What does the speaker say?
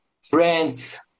friends